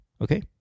Okay